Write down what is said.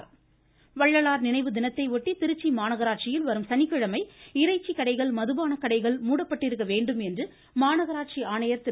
மமமமம வள்ளலார் வள்ளலார் நினைவு தினத்தையொட்டி திருச்சி மாநகராட்சியில் வரும் சனிக்கிழமை இறைச்சிக் கடைகள் மதுபானக் கடைகள் மூடப்பட்டிருக்க வேண்டுமென்று மாநகராட்சி ஆணையர் திரு